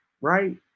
right